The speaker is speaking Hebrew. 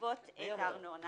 לגבות את הארנונה.